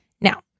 Now